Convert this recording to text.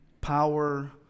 power